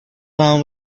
long